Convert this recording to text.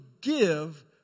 give